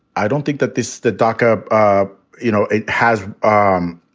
i don't think that this the dark, ah ah you know, it has. ah um